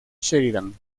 sheridan